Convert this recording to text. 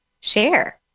share